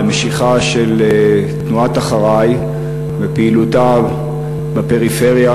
על המשיכה של תנועת "אחריי!" בפעילותה בפריפריה